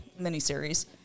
miniseries